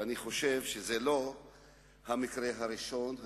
ואני חושב שזה לא המקרה הראשון,